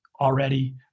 already